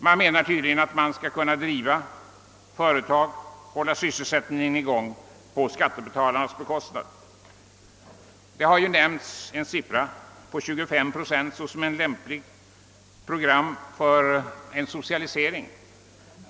Man menar tydligen att man skall kunna driva företag och hålla sysselsättningen i gång på skattebetalarnas bekostnad. Siffran 25 procent har nämnts såsom en lämplig målsättning för ett socialiseringsprogram.